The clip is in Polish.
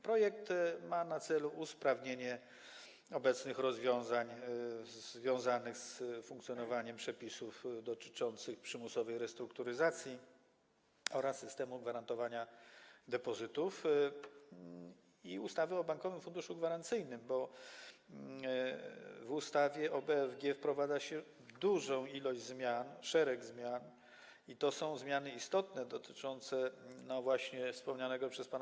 Projekt ma na celu usprawnienie obecnych rozwiązań związanych z funkcjonowaniem przepisów dotyczących przymusowej restrukturyzacji oraz systemu gwarantowania depozytów i ustawy o Bankowym Funduszu Gwarancyjnym, bo w ustawie o BFG wprowadza się dużą liczbę zmian, szereg zmian, i to są zmiany istotne, dotyczące choćby wspomnianego przez pana